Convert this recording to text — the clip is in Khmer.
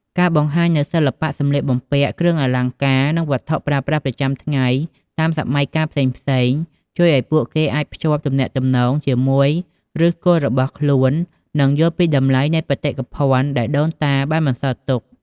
ការបង្ហាញនូវសម្លៀកបំពាក់បុរាណ គ្រឿងអលង្ការ និងវត្ថុប្រើប្រាស់ប្រចាំថ្ងៃតាមសម័យកាលផ្សេងៗ ជួយឱ្យពួកគេអាចភ្ជាប់ទំនាក់ទំនងជាមួយឫសគល់របស់ខ្លួន និងយល់ពីតម្លៃនៃបេតិកភណ្ឌដែលដូនតាបានបន្សល់ទុក។